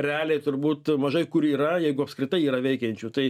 realiai turbūt mažai kur yra jeigu apskritai yra veikiančių tai